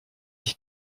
ich